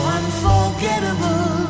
unforgettable